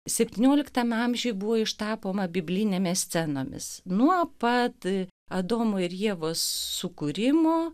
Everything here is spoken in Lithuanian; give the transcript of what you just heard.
septynioliktam amžiuj buvo ištapoma biblinėmis scenomis nuo pat adomo ir ievos sukūrimo